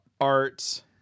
art